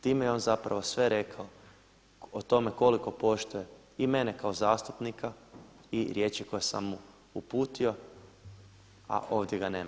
Time je on zapravo sve rekao o tome koliko poštuje i mene kao zastupnika i riječi koje sam mu uputio a ovdje ga nema.